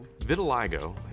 Vitiligo